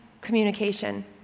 communication